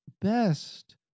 best